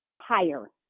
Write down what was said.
higher